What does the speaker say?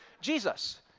Jesus